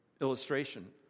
illustration